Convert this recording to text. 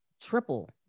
triple